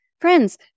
friends